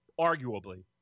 arguably